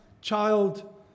child